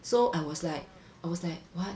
so I was like I was like what